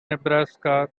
nebraska